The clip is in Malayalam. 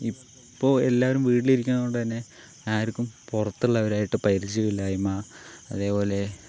ഇപ്പോൾ എല്ലാവരും വീട്ടിലിരിക്കുന്നതുകൊണ്ട് തന്നെ ആർക്കും പുറത്തുള്ളവരുമായിട്ട് പരിചയമില്ലായ്മ അതേപോലെ